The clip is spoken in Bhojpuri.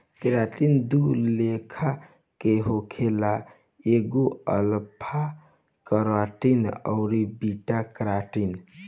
केराटिन दू लेखा के होखेला एगो अल्फ़ा केराटिन अउरी बीटा केराटिन